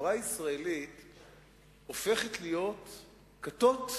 פשוט לא להיות קנאים.